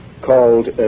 Called